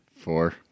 four